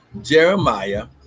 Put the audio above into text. Jeremiah